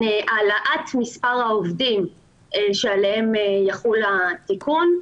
העלאת מספר העובדים עליהם יחול התיקון,